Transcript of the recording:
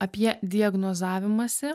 apie diagnozavimąsi